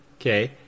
okay